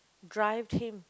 drive him